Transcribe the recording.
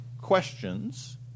questions